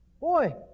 Boy